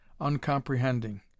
uncomprehending